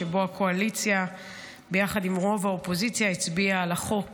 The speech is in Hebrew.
שבו הקואליציה ביחד עם רוב האופוזיציה הצביעה על החוק